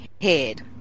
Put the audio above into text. head